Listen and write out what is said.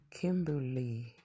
Kimberly